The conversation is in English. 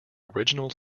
original